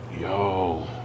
Yo